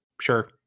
Sure